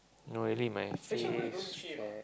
no really my face lah